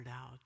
out